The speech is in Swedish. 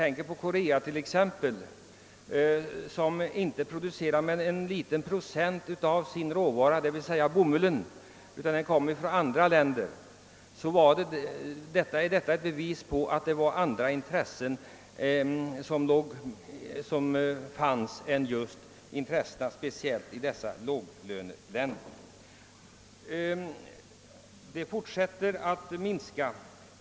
Exempelvis fallet Korea, som inte producerar mer än en liten procentandel av sin råvara, d.v.s. bomullen, utan hämtar den från andra länder, är ett bevis just på att det är andra intressen som ligger bakom. Textil-, beklädnadsoch sömnadsindustrin fortsätter att minska.